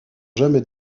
jamais